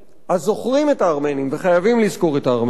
אז זוכרים את הארמנים, וחייבים לזכור את הארמנים.